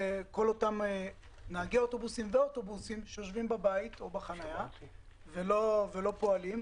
כל אותם נהגי אוטובוסים ואוטובוסים שיושבים בבית או בחניה ולא פועלים,